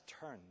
turn